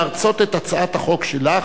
להרצות את הצעת החוק שלך,